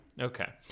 Okay